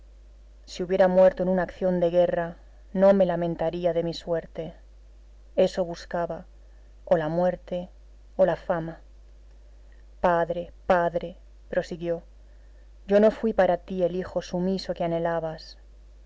si hubiera muerto en una acción de guerra no me lamentaría de mi suerte eso buscaba o la muerte o la fama padre padre prosiguió yo no fui para ti el hijo sumiso que anhelabas